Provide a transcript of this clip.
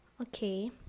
Okay